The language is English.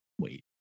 wait